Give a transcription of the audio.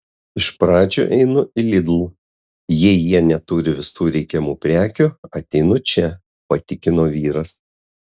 iš pradžių einu į lidl jei jie neturi visų reikiamų prekių ateinu čia patikino vyras